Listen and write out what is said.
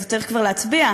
אז צריך כבר להצביע,